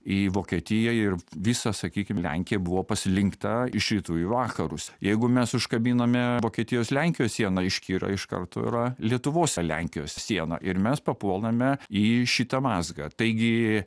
į vokietiją ir visa sakykim lenkija buvo paslinkta iš rytų į vakarus jeigu mes užkabiname vokietijos lenkijos sieną iškyla iš karto yra lietuvos lenkijos siena ir mes papuolame į šitą mazgą taigi